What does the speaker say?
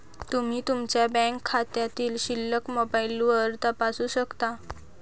तुम्ही तुमच्या बँक खात्यातील शिल्लक मोबाईलवर तपासू शकता